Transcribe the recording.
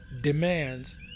demands